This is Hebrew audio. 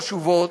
חשובות,